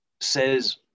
says